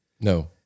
No